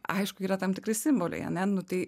aišku yra tam tikri simboliai ane nu tai